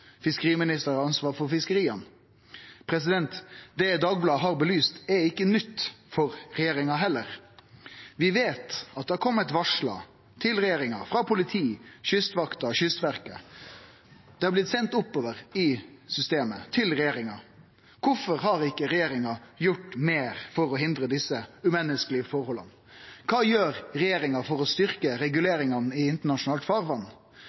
fiskeriministeren har ansvar for fiskeria. Det Dagbladet har belyst, er ikkje nytt for regjeringa heller. Vi veit at det har kome varsel til regjeringa – frå politiet, Kystvakta og Kystverket. Dei er blitt sende oppover i systemet – til regjeringa. Kvifor har ikkje regjeringa gjort meir for å hindre desse umenneskelege forholda? Kva gjer regjeringa for å styrkje reguleringane i internasjonalt